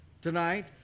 tonight